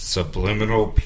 Subliminal